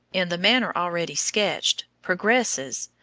in the manner already sketched, progresses,